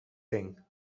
thing